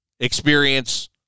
experience